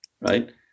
right